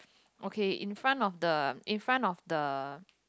okay in front of the